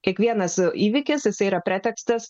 kiekvienas įvykis jisai yra pretekstas